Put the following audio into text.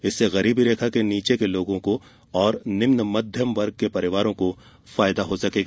इससे गरीबी रेखा के नीचे के लोगों और निम्न मध्यम वर्ग के परिवारों को फायदा होगा